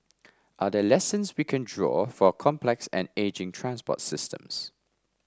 are there lessons we can draw for complex and ageing transport systems